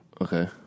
Okay